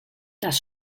das